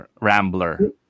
Rambler